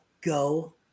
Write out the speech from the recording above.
go